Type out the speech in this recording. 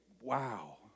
wow